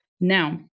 Now